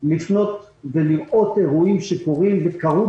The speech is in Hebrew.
אני מציע לפנות ולראות אירועים שקורים וקרו